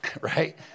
right